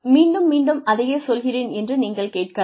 மீண்டும் மீண்டும் அதையே சொல்கிறேன் என்று நீங்கள் கேட்கலாம்